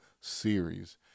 series